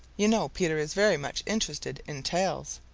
you know peter is very much interested in tails.